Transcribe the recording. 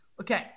Okay